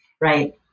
Right